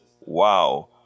Wow